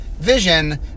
vision